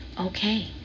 Okay